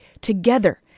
together